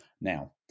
Now